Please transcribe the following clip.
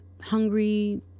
hungry